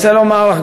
אני רוצה לומר לך,